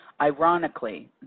ironically